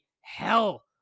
hell